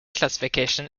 classification